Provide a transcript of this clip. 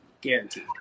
Guaranteed